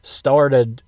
started